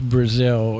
Brazil